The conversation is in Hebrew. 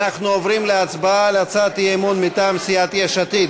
אנחנו עוברים להצבעה על הצעת אי-אמון מטעם סיעת יש עתיד,